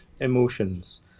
emotions